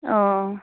औ